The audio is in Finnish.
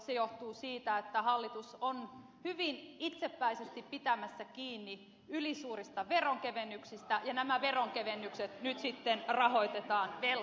se johtuu siitä että hallitus on hyvin itsepäisesti pitämässä kiinni ylisuurista veronkevennyksistä ja nämä veronkevennykset nyt sitten rahoitetaan velkarahalla